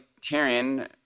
Tyrion